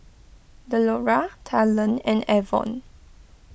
Delora Talen and Avon